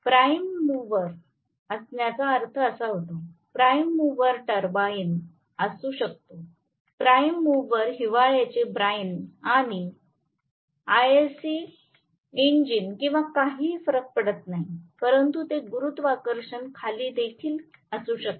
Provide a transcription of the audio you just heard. prime mover असण्याचा अर्थ असा होतो प्राइम मूव्हर टर्बाइन असू शकतो प्राइम मूव्हर हिवाळ्याचे बाइन किंवा आयसी इंजिन किंवा काहीही फरक पडत नाही परंतु ते गुरुत्वाकर्षण खेचणे देखील असू शकते